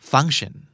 Function